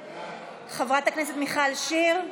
בעד, חברת הכנסת מיכל שיר,